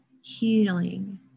healing